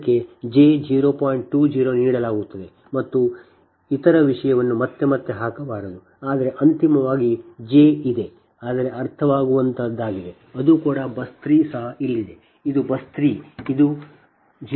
20 ನೀಡಲಾಗುತ್ತದೆ ಮತ್ತು ಇತರ ವಿಷಯವನ್ನು ಮತ್ತೆ ಮತ್ತೆ ಹಾಕಬಾರದು ಆದರೆ ಅಂತಿಮವಾಗಿ jಜೆ ಇದೆ ಆದರೆ ಅರ್ಥವಾಗುವಂತಹದ್ದಾಗಿದೆ ಅದು ಕೂಡ ಬಸ್ 3 ಸಹ ಇಲ್ಲಿದೆ ಇದು ಬಸ್ 3 ಇದು 0